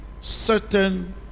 certain